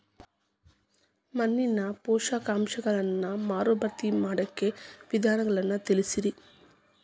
ಮಣ್ಣಿನ ಪೋಷಕಾಂಶಗಳನ್ನ ಮರುಭರ್ತಿ ಮಾಡಾಕ ವಿಧಾನಗಳನ್ನ ತಿಳಸ್ರಿ